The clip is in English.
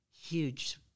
huge